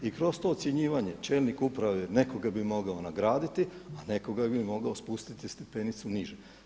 I kroz to ocjenjivanje čelnik uprave nekoga bi mogao nagraditi a nekoga bi mogao spustiti stepenicu niže.